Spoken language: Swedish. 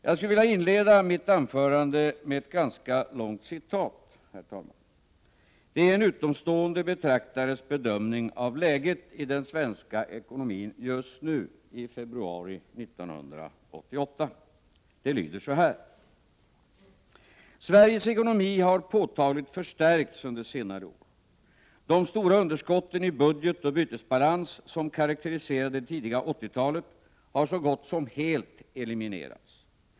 Jag skulle vilja inleda mitt anförande med ett ganska långt citat. Det är en utomstående betraktares bedömning av läget i den svenska ekonomin just nu, i februari 1988. Det lyder så här: ”Sveriges ekonomi har påtagligt förstärkts under senare år. De stora underskotten i budget och bytesbalans som karakteriserade det tidiga 80-talet har så gott som helt eliminerats.